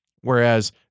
Whereas